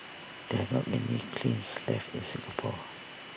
there are not many kilns left in Singapore